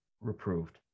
reproved